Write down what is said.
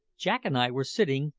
jack and i were sitting,